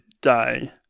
day